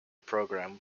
program